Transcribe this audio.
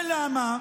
ולמה?